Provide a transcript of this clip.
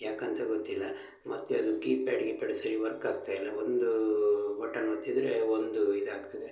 ಯಾಕಂತ ಗೊತ್ತಿಲ್ಲ ಮತ್ತು ಅದು ಕೀಪ್ಯಾಡ್ ಗೀಪ್ಯಾಡ್ ಸರಿ ವರ್ಕ್ ಆಗ್ತಾ ಇಲ್ಲ ಒಂದು ಬಟನ್ ಒತ್ತಿದರೆ ಒಂದು ಇದಾಗ್ತದೆ